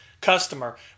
customer